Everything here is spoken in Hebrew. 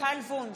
מיכל וונש,